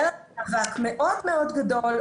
היה מאבק מאוד גדול,